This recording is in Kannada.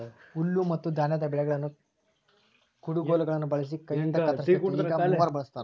ಹುಲ್ಲುಮತ್ತುಧಾನ್ಯದ ಬೆಳೆಗಳನ್ನು ಕುಡಗೋಲುಗುಳ್ನ ಬಳಸಿ ಕೈಯಿಂದಕತ್ತರಿಸ್ತಿತ್ತು ಈಗ ಮೂವರ್ ಬಳಸ್ತಾರ